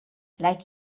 like